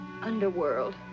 underworld